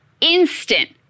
instant